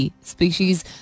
species